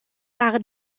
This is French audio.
par